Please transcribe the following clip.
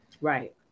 Right